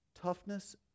Toughness